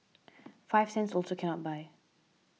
five cents also cannot buy